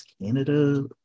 Canada